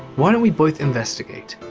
why don't we both investigate.